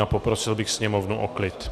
A poprosil bych sněmovnu o klid.